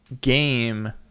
game